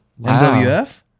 MWF